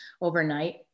overnight